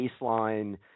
baseline